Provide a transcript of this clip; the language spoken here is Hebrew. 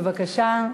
בבקשה.